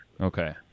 Okay